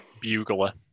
Bugler